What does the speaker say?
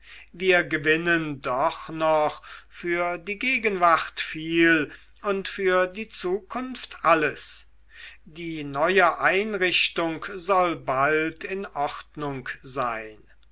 wir gewinnen doch noch für die gegenwart viel und für die zukunft alles die neue einrichtung soll bald in ordnung sein